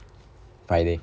friday